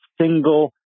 single